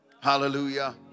Hallelujah